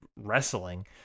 wrestling